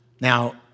Now